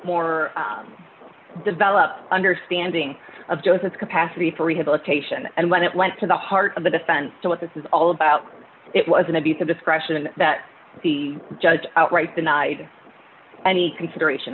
more developed understanding of josephs capacity for rehabilitation and when it went to the heart of the defense what this is all about it was an abuse of discretion that the judge outright denied any consideration